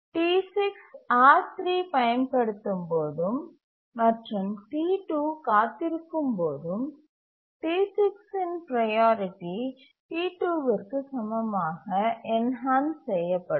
T6 R3 பயன்படுத்தும் போதும் மற்றும் T2 காத்திருக்கும் போதும் T6 இன் ப்ரையாரிட்டி T2 விற்கு சமமாக என்ஹான்ஸ் செய்யபடும்